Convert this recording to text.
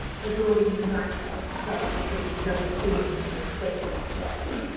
for brawling in a nightclub rather than being the dope fiend that thwaites describes.